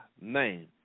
name